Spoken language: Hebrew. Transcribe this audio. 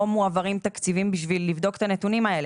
לא מועברים תקציבים בשביל לבדוק את הנתונים האלה.